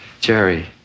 Jerry